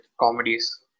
comedies